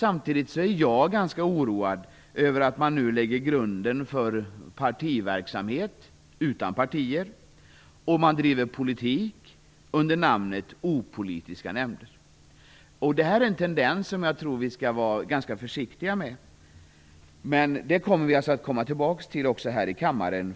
Samtidigt är jag ganska oroad för att grunden nu läggs till partiverksamhet utan partier, och för att man bedriver politik under namnet opolitiska nämnder. Detta är en tendens som jag tror vi skall vara ganska försiktiga med. Jag förutsätter att vi kommer tillbaka till detta här i kammaren.